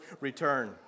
return